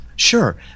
Sure